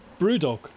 Brewdog